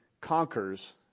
conquers